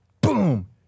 Boom